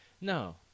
No